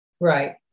right